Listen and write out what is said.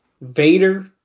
Vader